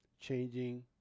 changing